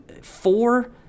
four